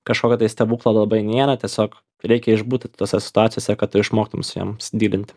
kažkokio tai stebuklo labai nėra tiesiog reikia išbūti tokiose situacijose kad tu išmoktum su jom s dylint